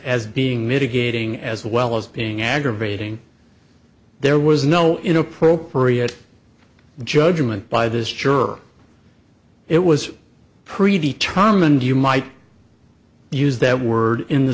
as being mitigating as well as being aggravating there was no inappropriate judgment by this juror it was predetermined you might use that word in the